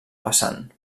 vessant